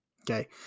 Okay